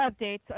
updates